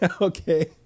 okay